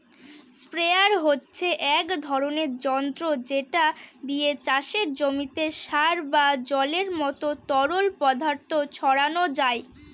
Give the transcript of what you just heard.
sprayer হচ্ছে এক ধরণের যন্ত্র যেটা দিয়ে চাষের জমিতে সার বা জলের মত তরল পদার্থ ছড়ানো যায়